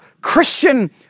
Christian